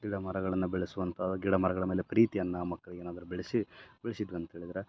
ಗಿಡ ಮರಗಳನ್ನು ಬೆಳೆಸುವಂಥ ಗಿಡ ಮರಗಳ ಮೇಲೆ ಪ್ರೀತಿಯನ್ನು ಮಕ್ಳಿಗೆ ಏನಾದ್ರೂ ಬೆಳೆಸಿ ಉಳಸಿದ್ವಂತ ಹೇಳಿದರೆ